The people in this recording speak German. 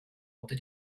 unter